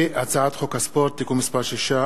והצעת חוק הספורט (תיקון מס' 6),